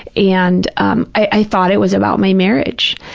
and um i thought it was about my marriage,